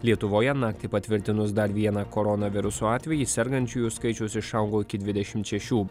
lietuvoje naktį patvirtinus dar vieną koronaviruso atvejį sergančiųjų skaičius išaugo iki dvidešimt šešių